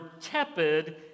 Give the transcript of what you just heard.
tepid